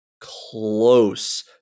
close